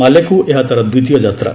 ମାଲେକ୍ର ଏହା ତାର ଦ୍ୱିତୀୟ ଯାତ୍ରା